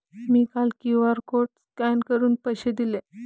मी काल QR code scan करून पैसे दिले